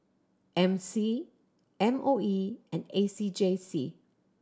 M C M O E and A C J C